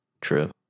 True